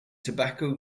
tobacco